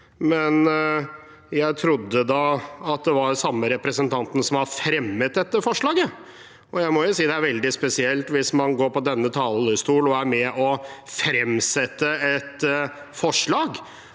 det. Jeg trodde det var samme representant som hadde fremmet dette forslaget. Jeg må si det er veldig spesielt hvis man går på denne talerstol og er med på å framsette et forslag,